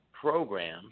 programs